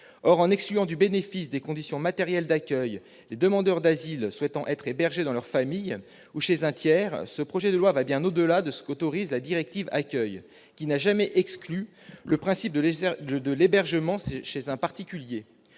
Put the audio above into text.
Or, en excluant du bénéfice des conditions matérielles d'accueil les demandeurs d'asile souhaitant être hébergés dans leur famille ou chez un tiers, le projet de loi va bien au-delà de ce qu'autorise la directive Accueil, qui n'a jamais exclu le principe de l'hébergement chez un particulier.